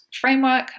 framework